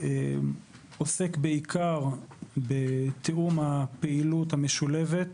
קודם לכן, עוסק בעיקר בתיאום הפעילות המשולבת.